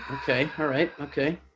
okay all right okay